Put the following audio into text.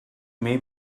may